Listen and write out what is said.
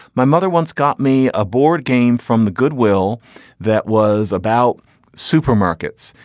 my mother once got me a board game from the goodwill that was about supermarkets.